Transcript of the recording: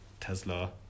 Tesla